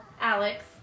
Alex